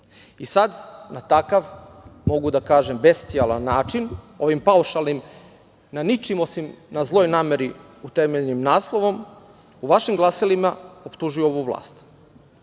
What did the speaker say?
Sada na takav, mogu da kažem, bestijalan način, ovim paušalnim na ničim osim na zloj nameri utemeljenim naslovom, u vašim glasilima optužuju ovu